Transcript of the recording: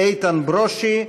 איתן ברושי,